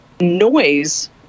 noise